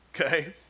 okay